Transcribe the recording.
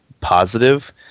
positive